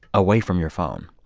away from your phone.